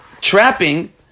trapping